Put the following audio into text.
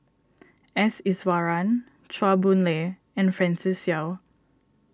S Iswaran Chua Boon Lay and Francis Seow